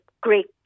great